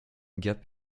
gap